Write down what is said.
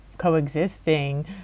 coexisting